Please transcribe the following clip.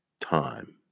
time